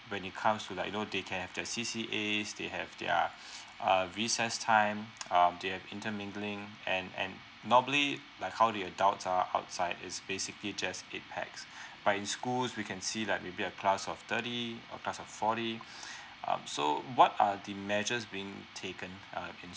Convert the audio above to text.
when it comes to like you know they can have their C C As they have their uh recess time um they have inter mingling and and normally like how the adults are outside is basically just eight pax but in schools we can see like maybe a class of thirty or class of fourty um so uh what are the measures being taken uh in